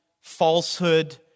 falsehood